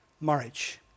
marriage